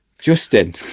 Justin